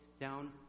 down